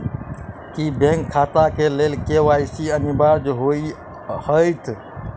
की bank खाता केँ लेल के.वाई.सी अनिवार्य होइ हएत?